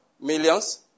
Millions